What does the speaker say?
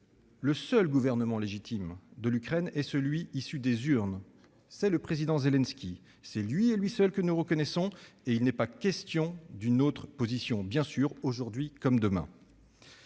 le seul gouvernement légitime de l'Ukraine est issu des urnes : c'est celui du président Zelensky. C'est lui et lui seul que nous reconnaissons et il n'est pas question d'adopter une autre position, ni aujourd'hui ni demain.